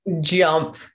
jump